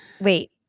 Wait